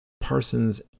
Parsons